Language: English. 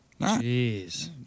Jeez